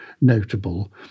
notable